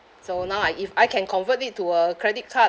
so now I if I can convert it to a credit card